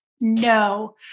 No